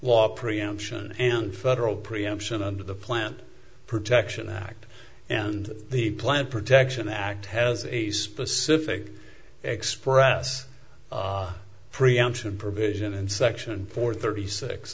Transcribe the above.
law preemption and federal preemption under the plant protection act and the plan protection act has a specific express preemption provision in section four thirty six